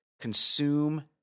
consume